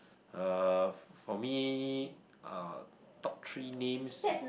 uh for me uh top three names